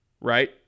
right